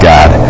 God